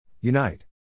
Unite